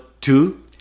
two